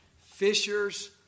fishers